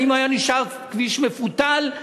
האם הוא היה נשאר כביש מפותל,